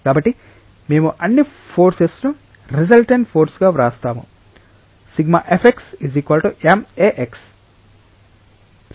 కాబట్టి మేము అన్ని ఫోర్సెస్ను రిసల్టెన్ట్ ఫోర్స్ గా వ్రాసాము ∑ Fx max